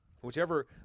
Whichever